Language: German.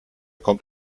kommt